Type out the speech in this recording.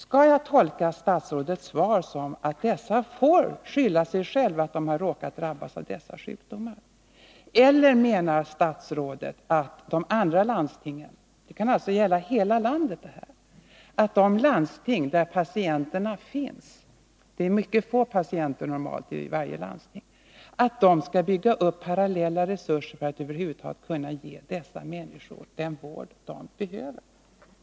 Skall jag tolka statsrådets svar så att dessa får skylla sig själva för att de har drabbats av dessa sjukdomar? Eller menar statsrådet att de landsting där patienterna finns — det är normalt mycket få patienter i varje landsting — skall bygga upp parallella resurser för att kunna ge dessa människor den vård som de behöver?